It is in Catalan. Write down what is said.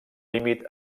límit